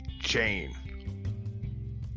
chain